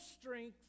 strength